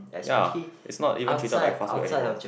ya it's not even treated like fast food anymore